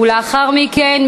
לאחר מכן,